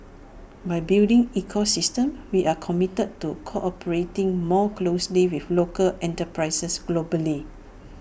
by building ecosystem we are committed to cooperating more closely with local enterprises globally